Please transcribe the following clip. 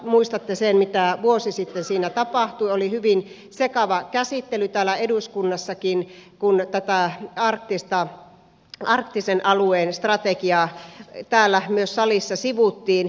muistatte sen mitä vuosi sitten siinä tapahtui oli hyvin sekava käsittely täällä eduskunnassakin kun tätä arktisen alueen strategiaa täällä myös salissa sivuttiin